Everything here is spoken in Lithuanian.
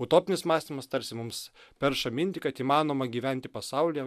utopinis mąstymas tarsi mums perša mintį kad įmanoma gyventi pasaulyje